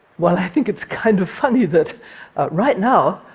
while i think it's kind of funny that right now,